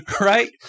Right